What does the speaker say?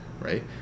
right